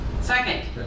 Second